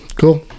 cool